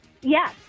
Yes